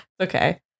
Okay